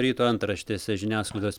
ryto antraštėse žiniasklaidos